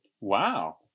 Wow